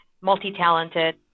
multi-talented